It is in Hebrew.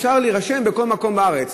אפשר להירשם בכל מקום בארץ.